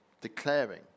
declaring